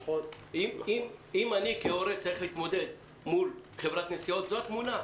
אם אני כהורה צריך להתמודד עם חברת נסיעות זו התמונה.